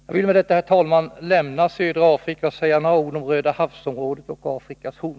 Jag vill med detta, herr talman, lämna södra Afrika och säga några ord om Röda havs-området och Afrikas horn.